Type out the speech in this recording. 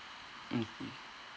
mm K